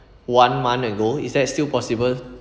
one month ago is that still possible